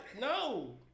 no